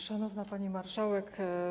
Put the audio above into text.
Szanowna Pani Marszałek!